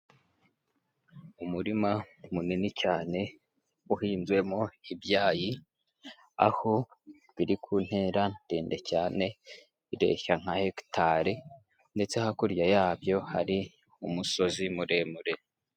Umurima munini cyane uhinzwemo ibyayi, aho biri ku ntera ndende cyane ireshya nka hegitari, ndetse hakurya yabyo hari umusozi muremure.